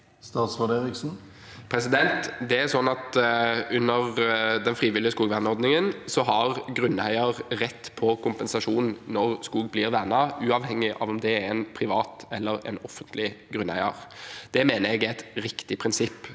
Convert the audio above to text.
Bjelland Eriksen Det er sånn at under den frivillige skogvernordningen har grunneier rett på kompensasjon når skog blir vernet, uavhengig av om det er en privat eller en offentlig grunneier. Det mener jeg er et riktig prinsipp.